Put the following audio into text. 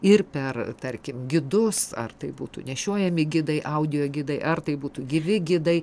ir per tarkim gidus ar tai būtų nešiojami gidai audio gidai ar tai būtų gyvi gidai